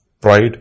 pride